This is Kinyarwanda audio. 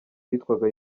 witwaga